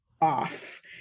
off